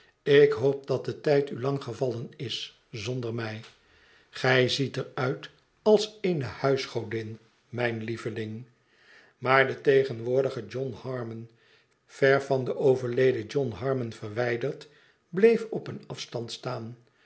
ik hoop dat de tijd u lang gevallen is zonder mij gij ziet er uit als eene huisgodin mijn lieveling maar de tegenwoordige john harmon ver van den overleden john harmon verwijderd bleef op een afstand staan